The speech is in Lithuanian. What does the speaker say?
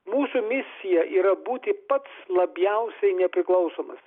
mūsų misija yra būti pats labiausiai nepriklausomas